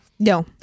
No